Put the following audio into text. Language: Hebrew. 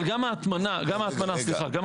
אבל גם ההטמנה, סליחה.